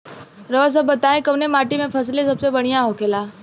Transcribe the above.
रउआ सभ बताई कवने माटी में फसले सबसे बढ़ियां होखेला?